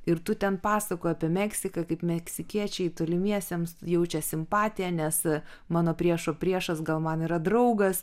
ir tu ten pasakojai apie meksiką kaip meksikiečiai tolimiesiems jaučia simpatiją nes mano priešo priešas gal man yra draugas